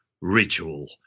ritual